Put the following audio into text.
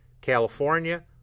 California